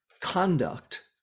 conduct